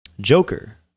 Joker